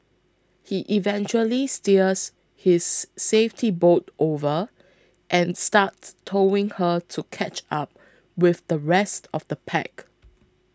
he eventually steers his safety boat over and starts towing her to catch up with the rest of the pack